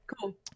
Cool